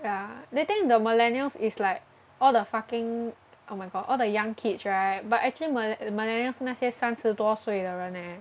yeah they think the millennials is like all the fucking oh my god all the young kids right but actually mille~ millennials 那些三十多岁的人 eh